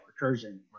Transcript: recursion